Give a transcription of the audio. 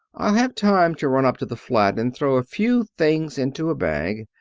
i'll have time to run up to the flat and throw a few things into a bag.